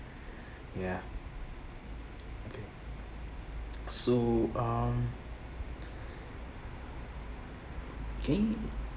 ya so um K